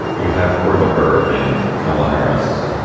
you have cory booker and kamala harris,